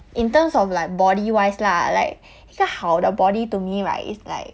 in terms of like body wise lah like 一个好的 body to me right it's like